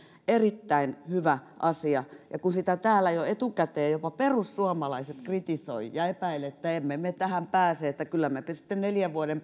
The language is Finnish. erittäin hyvä asia ja kun sitä täällä jo etukäteen jopa perussuomalaiset kritisoivat ja epäilevät että emme me tähän pääse että kyllä me sitten neljän vuoden